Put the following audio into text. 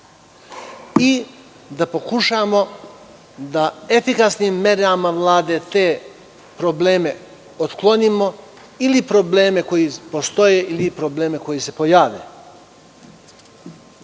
i da pokušamo da efikasnim merama Vlade te probleme otklonimo ili probleme koji postoje ili problemi koji se